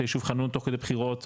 את היישוב חנון תוך כדי בחירות,